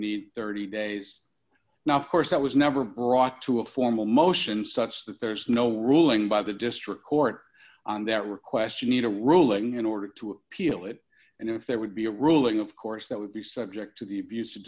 need thirty days now of course that was never brought to a formal motion such that there's no ruling by the district court on that request you need a ruling in order to appeal it and if there would be a ruling of course that would be subject to the abuse of